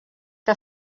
que